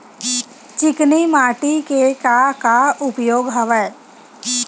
चिकनी माटी के का का उपयोग हवय?